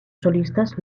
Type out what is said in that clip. solistas